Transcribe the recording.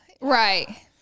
Right